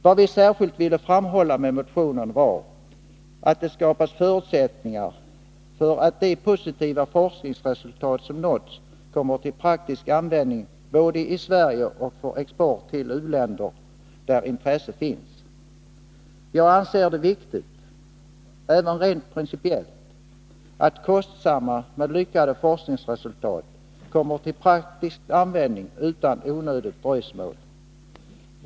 Vad vi särskilt velat framhålla med motionen är att det måste skapas förutsättningar, så att de positiva forskningsresultaten kan komma i praktisk tillämpning både i Sverige och för export till de u-länder där intresse finns. Jag anser det viktigt — även rent principiellt — att kostsamma, men lyckade, forskningsresultat kommer till praktisk användning utan onödigt dröjsmål.